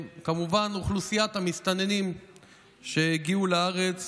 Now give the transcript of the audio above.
כמובן אוכלוסיית המסתננים שהגיעו לארץ